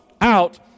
out